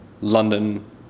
London